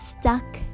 stuck